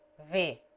ve